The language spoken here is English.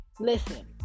Listen